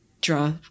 draw